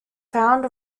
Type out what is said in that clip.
found